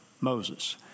Moses